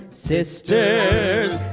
Sisters